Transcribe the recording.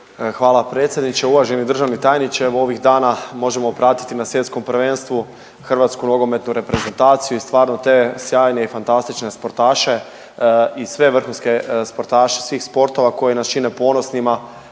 Hvala predsjedniče. Uvaženi državni tajniče, evo ovih dana možemo pratiti na svjetskom prvenstvu Hrvatsku nogometnu reprezentaciju i stvarno te sjajne i fantastične sportaše i sve vrhunske sportaše svih sportova koje nas čine ponosnima